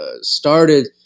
started